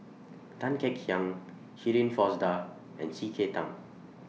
Tan Kek Hiang Shirin Fozdar and C K Tang